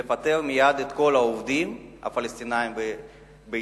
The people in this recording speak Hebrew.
לפטר מייד את כל העובדים הפלסטינים בישראל,